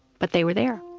but they were there.